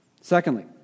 Secondly